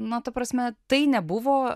na ta prasme tai nebuvo